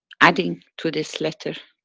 adding to this letter,